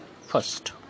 first